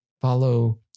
follow